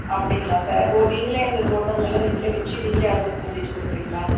அப்படிங்களா சார் ஓ நீங்களே இந்த தோட்டமெல்லாம் நீங்களே வச்சு நீங்களே அறுவடை செஞ்சுட்டு கொடுக்குறீங்களா